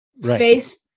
Space